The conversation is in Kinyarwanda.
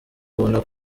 ubona